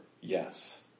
yes